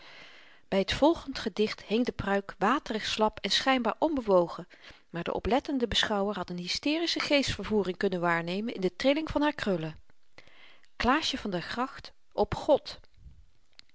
by t volgend gedicht hing de pruik waterig slap en schynbaar onbewogen maar de oplettende beschouwer had n hysterische geestvervoering kunnen waarnemen in de trilling van haar krullen klaasje van der gracht op god